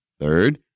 Third